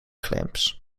clamps